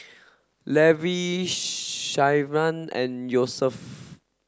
Levi Shyanne and Yosef